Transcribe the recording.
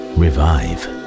revive